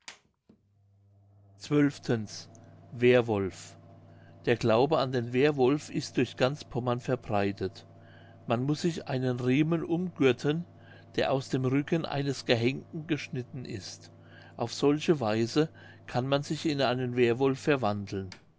der glaube an den währwolf ist durch ganz pommern verbreitet man muß sich einen riemen umgürten der aus dem rücken eines gehenkten geschnitten ist auf solche weise kann man sich in einen währwolf verwandeln